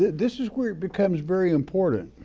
this is where it becomes very important.